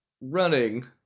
running